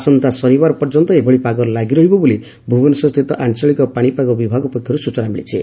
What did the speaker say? ଆସନ୍ତା ଶନିବାର ପର୍ଯ୍ୟନ୍ତ ଏଭଳି ପାଗ ଲାଗି ରହିବ ବୋଲି ଭୁବନେଶ୍ୱରସ୍ରିତ ଆଞ୍ଚଳିକ ପାଣିପାଗ ବିଭାଗ ପକ୍ଷରୁ ସୂଚନା ମିଳିଛି